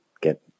get